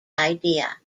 idea